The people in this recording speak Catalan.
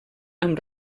amb